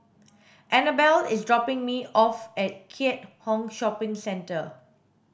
Anabel is dropping me off at Keat Hong Shopping Centre